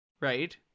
Right